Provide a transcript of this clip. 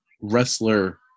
wrestler